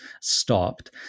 stopped